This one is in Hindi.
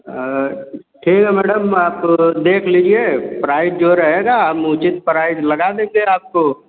आ ठीक है मैडम आप देख लीजिए प्राइस जो रहेगा हम उचित प्राइस लगा देंगे आपको